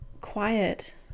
quiet